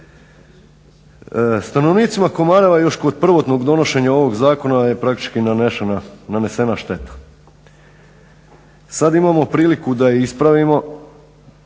Stanovnicima Komareva je još kod prvotnog donošenja ovog zakona je praktički nanesena šteta. Sad imamo priliku da je ispravimo,